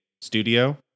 studio